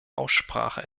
aussprache